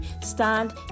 stand